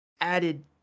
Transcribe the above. added